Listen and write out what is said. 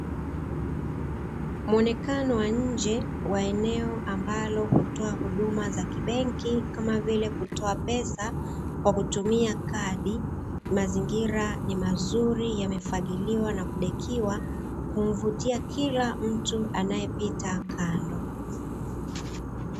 Muonekano wa nje wa eneo ambalo hutoa huduma za kibenki kama vile kutoa pesa kwa kutumia kadi. Mazingira ni mazuri yamefagiliwa na kudekiwa kumvutia kila mtu anayepita kando.